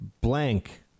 blank